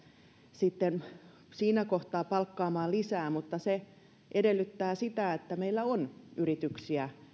sitten siinä kohtaa palkkaamaan lisää mutta se edellyttää että meillä on yrityksiä